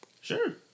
Sure